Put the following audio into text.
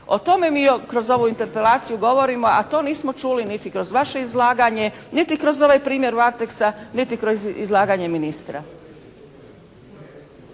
O tome mi kroz ovu interpelaciju govorimo, a to nismo čuli niti kroz vaše izlaganje, niti kroz ovaj primjer "Varteksa", niti kroz izlaganje ministra.